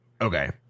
Okay